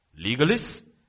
Legalists